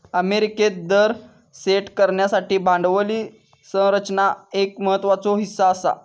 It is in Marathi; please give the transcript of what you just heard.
अमेरिकेत दर सेट करण्यासाठी भांडवली संरचना एक महत्त्वाचो हीस्सा आसा